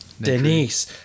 Denise